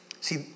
See